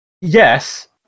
Yes